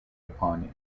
upon